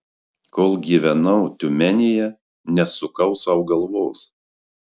kol gyvenau tiumenėje nesukau sau galvos